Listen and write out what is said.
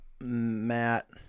Matt